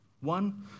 One